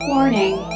Warning